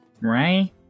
Right